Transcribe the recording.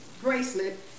bracelet